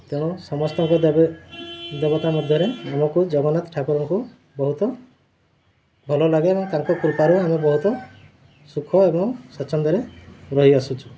ତେଣୁ ସମସ୍ତଙ୍କ ଦେବତା ମଧ୍ୟରେ ଆମକୁ ଜଗନ୍ନାଥ ଠାକୁରଙ୍କୁ ବହୁତ ଭଲ ଲାଗେ ଏବଂ ତାଙ୍କ କୃପାରୁ ଆମେ ବହୁତ ସୁଖ ଏବଂ ସ୍ୱଚ୍ଛନ୍ଦରେ ରହିଆସୁଛୁ